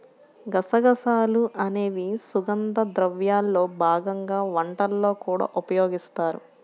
గసగసాలు అనేవి సుగంధ ద్రవ్యాల్లో భాగంగా వంటల్లో కూడా ఉపయోగిస్తారు